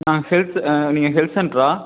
நான் ஹெல்த்து நீங்கள் ஹெல்த் சென்டரா